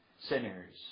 Sinners